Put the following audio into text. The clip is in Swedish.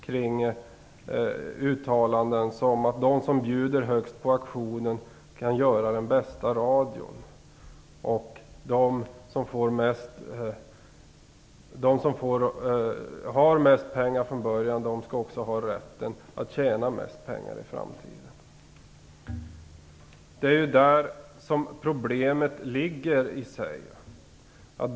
Han har gjort uttalanden om att de som bjuder högst på auktionen kan göra den bästa radion, och att de som har mest pengar från början också skall ha rätten att tjäna mest pengar i framtiden. Det är där som problemet ligger.